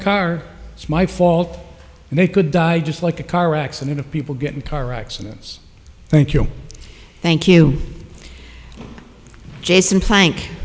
car it's my fault and he could die just like a car accident of people get in car accidents thank you thank you jason plank